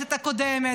בכנסת הקודמת.